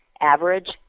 Average